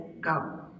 go